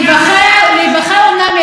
אתם עדיין, את מייצגת שמונה מנדטים.